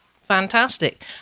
fantastic